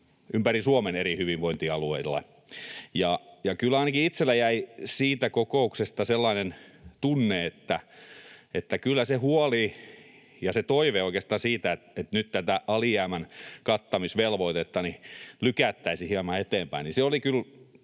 ympäri Suomen eri hyvinvointialueilla. Kyllä ainakin itselläni jäi siitä kokouksesta sellainen tunne, että kyllä se huoli ja toive oikeastaan siitä, että nyt tätä alijäämän kattamisvelvoitetta lykättäisiin hieman eteenpäin,